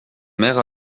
mère